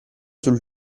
sul